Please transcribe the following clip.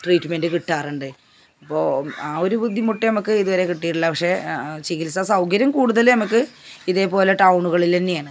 treatment കിട്ടാറുണ്ട് അപ്പോൾ ആ ഒരു ബുദ്ധിമുട്ട് നമുക്ക് ഇത് വരെ കിട്ടിയിട്ടില്ല പക്ഷേ ചികിത്സാ സൗകര്യം കൂട്തൽ നമുക്ക് ഇതേപോലെ ടൗണുളിൽ തന്നെയാണ്